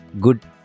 good